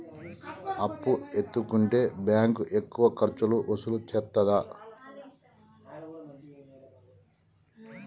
అప్పు ఎత్తుకుంటే బ్యాంకు ఎక్కువ ఖర్చులు వసూలు చేత్తదా?